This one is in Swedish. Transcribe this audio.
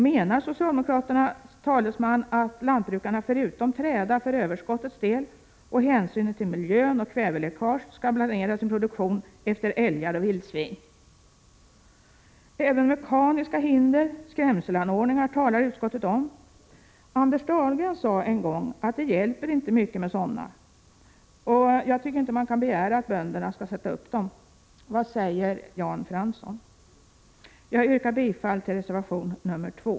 Menar socialdemokraternas talesman att lantbrukarna förutom träda för överskottets del och hänsynen till miljön och kväveläckage skall planera sin produktion efter älgar och vildsvin? Även mekaniska hinder, skrämselanordningar, talar utskottet om. Anders Dahlgren sade en gång att det hjälper inte med sådana. Jag tycker inte att man kan begära att bönderna skall sätta upp dem. Vad säger Jan Fransson? Jag yrkar bifall till reservation 2.